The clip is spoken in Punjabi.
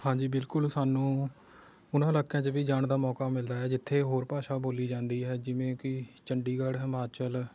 ਹਾਂਜੀ ਬਿਲਕੁਲ ਸਾਨੂੰ ਉਹਨਾਂ ਇਲਾਕਿਆਂ 'ਚ ਵੀ ਜਾਣ ਦਾ ਮੌਕਾ ਮਿਲਦਾ ਹੈ ਜਿੱਥੇ ਹੋਰ ਭਾਸ਼ਾ ਬੋਲੀ ਜਾਂਦੀ ਹੈ ਜਿਵੇਂ ਕਿ ਚੰਡੀਗੜ੍ਹ ਹਿਮਾਚਲ